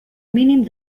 mínim